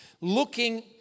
Looking